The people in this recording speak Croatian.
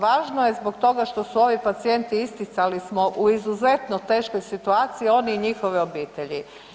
Važno je zbog toga što su ovi pacijenti isticali smo u izuzetno teškoj situaciji oni i njihove obitelji.